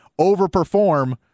overperform